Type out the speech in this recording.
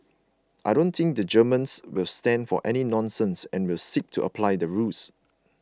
I don't think the Germans will stand for any nonsense and will seek to apply the rules